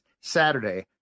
Saturday